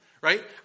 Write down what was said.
Right